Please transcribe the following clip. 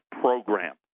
program